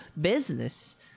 business